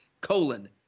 colon